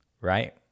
right